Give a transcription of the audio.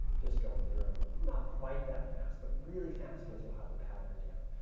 just going through them, not quite that fast, but really fast because you'll have the pattern down.